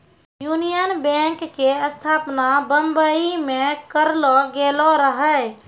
union Bank के स्थापना बंबई मे करलो गेलो रहै